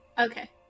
Okay